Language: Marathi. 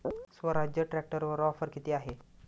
स्वराज्य ट्रॅक्टरवर ऑफर किती आहे?